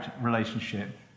relationship